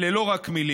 אלה לא רק מילים.